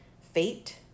Fate